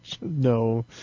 No